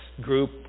group